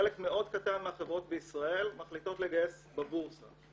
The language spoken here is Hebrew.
חלק מאוד קטן מהחברות בישראל מחליטות לגייס בבורסה.